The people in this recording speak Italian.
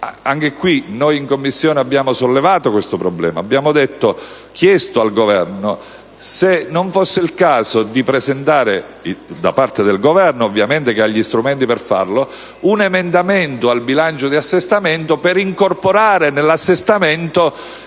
caso, noi in Commissione abbiamo sollevato questo problema, abbiamo chiesto al Governo se non fosse il caso di presentare, da parte del Governo, ovviamente, che ha gli strumenti per farlo, un emendamento all'assestamento del bilancio per incorporarvi